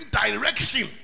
direction